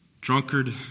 drunkard